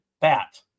bat